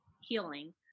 healing